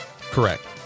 Correct